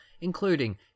including